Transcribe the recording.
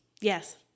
Yes